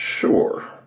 Sure